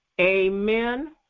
Amen